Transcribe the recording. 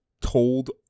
told